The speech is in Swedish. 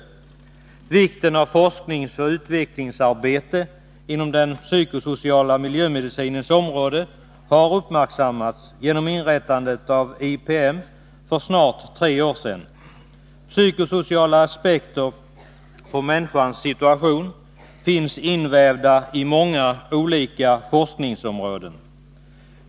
Vikten av forskningsoch utvecklingsarbete inom den psykosociala miljömedicinens område har uppmärksammats genom inrättandet av statens institut för psykosocial miljömedicin, IPM, för snart tre år sedan. Psykosociala aspekter på människans situation finns invävda i många olika forskningsområden.